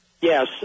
Yes